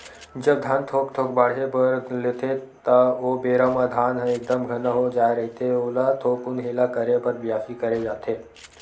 जब धान थोक थोक बाड़हे बर लेथे ता ओ बेरा म धान ह एकदम घना हो जाय रहिथे ओला थोकुन हेला करे बर बियासी करे जाथे